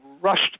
rushed